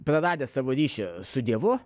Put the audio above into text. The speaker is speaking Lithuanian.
praradęs savo ryšį su dievu